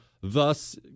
thus